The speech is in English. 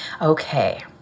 Okay